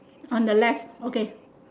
on the left okay